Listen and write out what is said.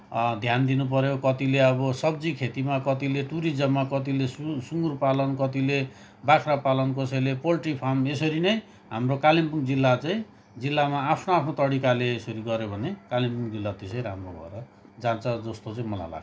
ध्यान दिनुपऱ्यो कतिले अब सब्जी खेतीमा कतिले टुरिज्ममा कतिले सु सुँगुर पालन कतिले बाख्रा पालन कसैले पोल्ट्री फार्म यसरी नै हाम्रो कालिम्पोङ जिल्ला चाहिँ जिल्लामा आफ्नो आफ्नो तरिकाले यसरी गऱ्यो भने कालिम्पोङ जिल्ला त्यसै राम्रो भएर जान्छ जस्तो चाहिँ मलाई लाग्छ